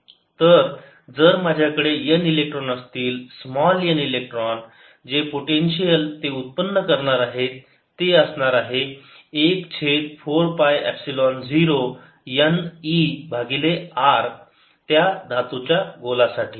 तर जर माझ्याकडे n इलेक्ट्रॉन असतील स्मॉल n इलेक्ट्रॉन जे पोटेन्शियल ते उत्पन्न करणार आहेत ते असणार आहे 1 छेद 4 पाय एपसिलोन 0 n e भागिले R त्या धातूचा गोला साठी